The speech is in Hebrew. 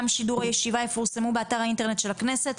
שידור הישיבה יפורסמו באתר האינטרנט של הכנסת.